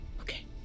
Okay